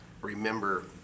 remember